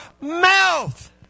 mouth